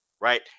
right